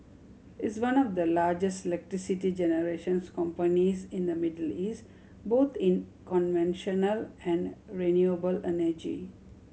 it's one of the largest electricity generations companies in the Middle East both in conventional and renewable energy